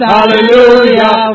Hallelujah